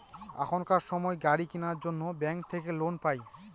এখনকার সময় গাড়ি কেনার জন্য ব্যাঙ্ক থাকে লোন পাই